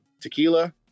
tequila